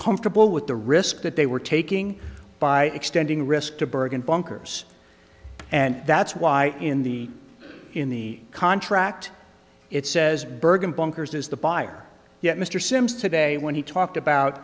comfortable with the risk that they were taking by extending risk to bergen bunkers and that's why in the in the contract it says bergen bunkers is the buyer yet mr sims today when he talked about